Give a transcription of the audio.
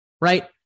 Right